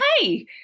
hey –